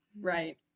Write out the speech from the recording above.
Right